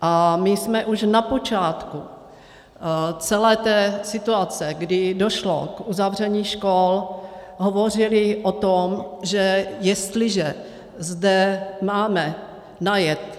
A my jsme už na počátku celé té situace, kdy došlo k uzavření škol, hovořili o tom, že jestliže zde máme najet